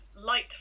light